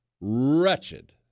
Wretched